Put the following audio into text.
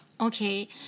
okay